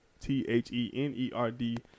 t-h-e-n-e-r-d